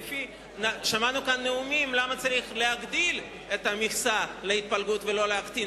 שמענו כאן נאומים למה צריך להגדיל את המכסה להתפלגות ולא להקטין.